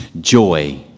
Joy